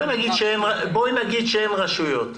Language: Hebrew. נניח שאין רשויות.